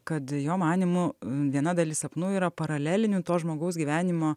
kad jo manymu viena dalis sapnų yra paralelinių to žmogaus gyvenimo